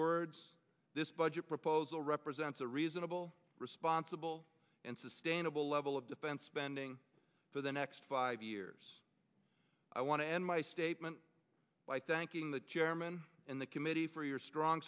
words this budget proposal represents a reasonable responsible and sustainable level of defense spending for the next five years i want to end my statement by thanking the chairman and the committee for your strong